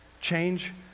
Change